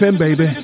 baby